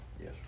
yes